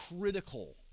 critical